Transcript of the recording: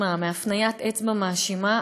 מהפניית אצבע מאשימה,